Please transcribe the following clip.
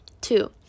two